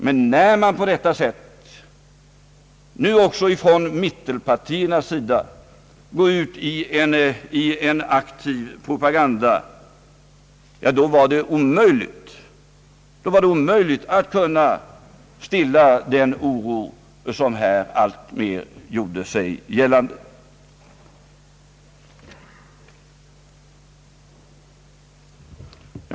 Men när man på detta sätt nu också från mittenpartiernas sida gick ut i en aktiv propaganda, då blev det omöjligt att stilla den oro som alltmer gjorde sig gällande.